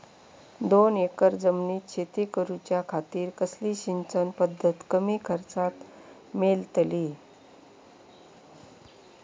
दोन एकर जमिनीत शेती करूच्या खातीर कसली सिंचन पध्दत कमी खर्चात मेलतली?